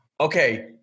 Okay